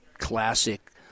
classic